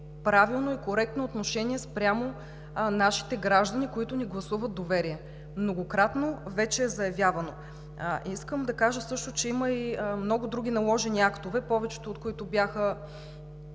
правилно и коректно отношение спрямо нашите граждани, които ни гласуват доверие, многократно вече е заявявано. Искам да кажа също, че има и много други наложени актове, повечето от които бяха